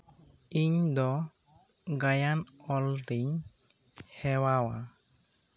ᱤᱧ ᱫᱚ ᱜᱟᱭᱟᱱ ᱚᱞ ᱛᱤᱧ ᱦᱮᱣᱟᱣᱟ